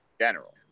general